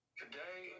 today